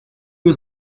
was